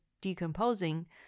decomposing